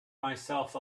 myself